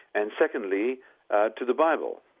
and secondly to the bible.